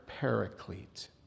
paraclete